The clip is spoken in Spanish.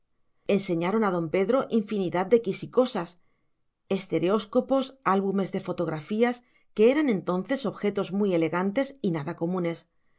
enseñaron a don pedro infinidad de quisicosas estereóscopos álbumes de fotografías que eran entonces objetos muy elegantes y nada comunes